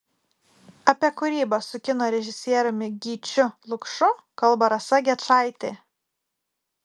apie kūrybą su kino režisieriumi gyčiu lukšu kalba rasa gečaitė